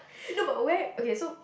no but where okay so